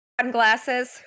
Sunglasses